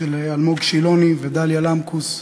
של אלמוג שילוני ודליה למקוס.